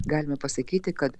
galima pasakyti kad